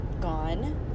gone